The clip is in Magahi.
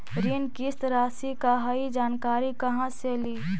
ऋण किस्त रासि का हई जानकारी कहाँ से ली?